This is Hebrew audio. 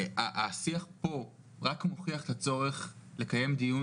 השיח כאן רק מוכיח את הצורך לקיים דיון